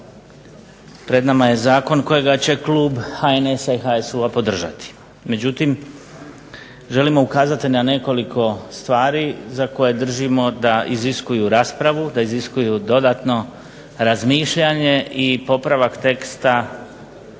Pred nama je zakon kojega će klub HNS-a i HSU-a podržati, međutim želimo ukazati na nekoliko stvari za koje držimo da iziskuju raspravu, da iziskuju dodatno razmišljanje i popravak teksta